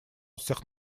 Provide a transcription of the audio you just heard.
всех